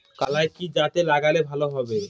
কলাই কি জাতে লাগালে ভালো হবে?